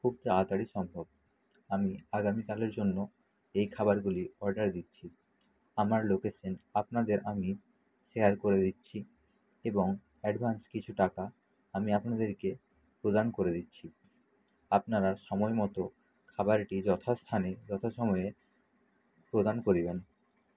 খুব তাড়াতাড়ি সম্ভব আমি আগামীকালের জন্য এই খাবারগুলি অর্ডার দিচ্ছি আমার লোকেশেন আপনাদের আমি শেয়ার করে দিচ্ছি এবং অ্যাডভান্স কিছু টাকা আমি আপনাদেরকে প্রদান করে দিচ্ছি আপনারা সময় মতো খাবারটি যথাস্থানে যথাসময়ে প্রদান করিবেন